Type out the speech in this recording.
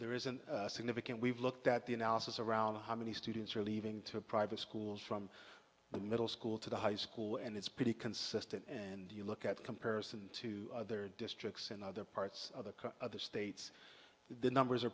there is a significant we've looked at the analysis around how many students are leaving to private schools from the middle school to the high school and it's pretty consistent and you look at comparison to other districts in other parts of the other states the numbers are